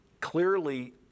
clearly